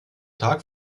tag